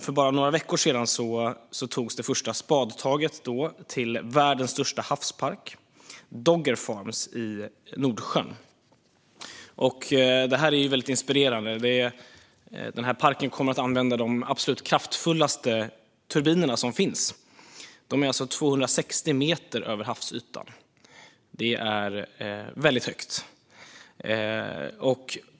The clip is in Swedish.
För bara några veckor sedan togs det första spadtaget till världens största havspark, Dogger Bank Wind Farm i Nordsjön. Detta är mycket inspirerande. Denna park kommer att använda de absolut kraftfullaste turbiner som finns. De är alltså 260 meter över havsytan. Det är mycket högt.